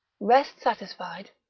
rest satisfied,